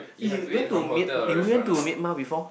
eh you went to mya~ you went to Myanmar before